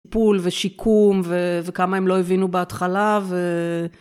טיפול ושיקום וכמה הם לא הבינו בהתחלה.